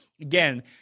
Again